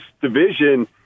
division